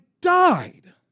died